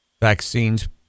Vaccines